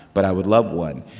but i would love one.